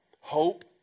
hope